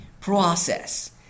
process